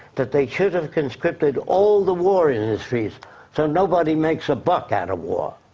that they should have conscripted all the war industries so nobody makes a buck out of war.